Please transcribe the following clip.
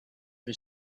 was